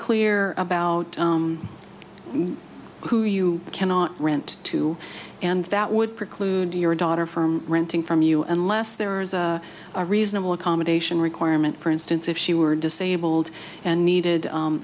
clear about who you cannot rent to and that would preclude your daughter from renting from you unless there is a reasonable accommodation requirement for instance if she were disabled and needed